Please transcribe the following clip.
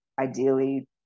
Ideally